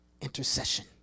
intercession